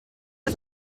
der